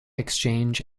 exchange